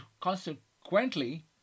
consequently